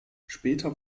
später